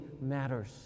matters